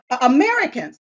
Americans